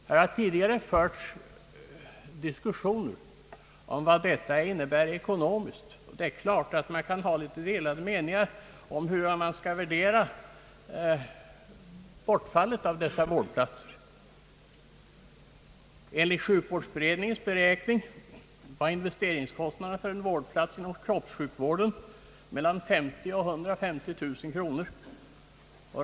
Det har tidigare diskuterats vad detta ekonomiskt innebär. Det är klart att man kan ha delade meningar om hur bortfallet av dessa vårdplatser skall värderas. Men enligt sjukvårdsberedningens beräkning är investeringskostnaden för en vårdplats inom kroppssjukvården mellan 50 000 och 150 000 kronor.